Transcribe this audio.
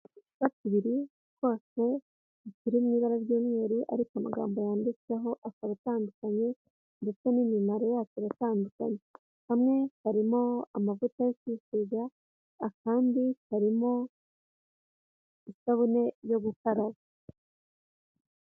Uducupa tubiri twose turi mu ibara ry'umweru ariko amagambo yanditseho akaba atandukanye ndetse n'imimaro yacu iratandukanye, hamwe harimo amavuta yo kwisiga akandi harimo isabune yo gukaraba.